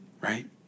Right